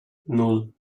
nan